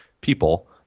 people